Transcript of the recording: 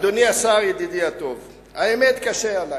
אדוני השר, ידידי הטוב, האמת קשה עלי,